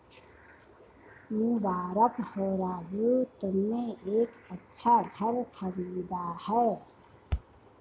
मुबारक हो राजू तुमने एक अच्छा घर खरीदा है